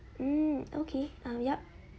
hmm okay um yup